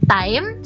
time